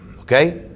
Okay